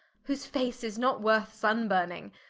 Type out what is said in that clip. whose face is not worth sunne-burning?